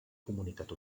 comunicat